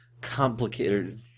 complicated